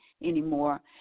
anymore